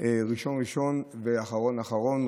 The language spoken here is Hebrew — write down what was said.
ראשון ראשון ואחרון אחרון.